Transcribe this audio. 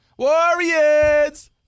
Warriors